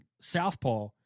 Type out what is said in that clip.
southpaw